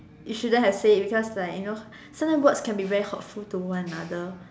you shouldn't have said it because like you know sometimes words can be very hurtful towards one another